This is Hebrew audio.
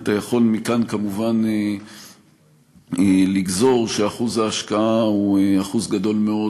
אתה יכול מכאן כמובן לגזור שאחוז ההשקעה הוא אחוז גדול מאוד,